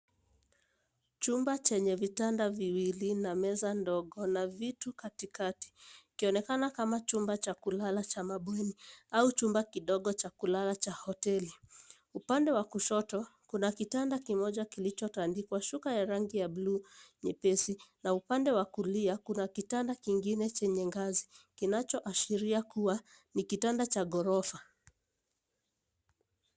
Chumba chenye vitanda viwili na meza ndogo na vitu katikati ikionekana kama chumba cha kulala cha mabweni au chumba kidogo cha kulala cha hoteli, upande wa kushoto kuna kitanda kimoja kilicho tandikwa shuka ya rangi ya bluu nyepesi na upande wa kulia kuna kitanda kingine chenye ngazi kinacho ashiria kuwa ni kitanda cha ghorofa.